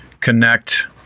connect